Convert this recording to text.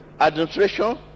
administration